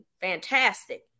fantastic